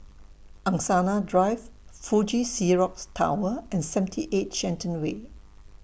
Angsana Drive Fuji Xerox Tower and seventy eight Shenton Way